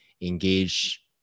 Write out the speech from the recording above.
engage